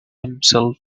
himself